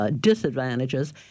Disadvantages